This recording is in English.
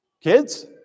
Kids